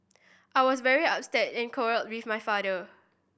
I was very upset and quarrelled with my father